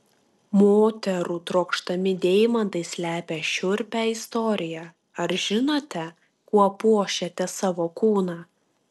moterų trokštami deimantai slepia šiurpią istoriją ar žinote kuo puošiate savo kūną